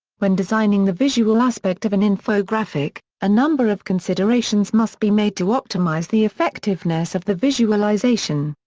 when designing the visual aspect of an infographic, a number of considerations must be made to optimize the effectiveness of the visualization.